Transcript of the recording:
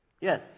Yes